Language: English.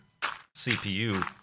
CPU